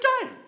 time